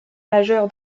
majeur